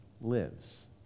lives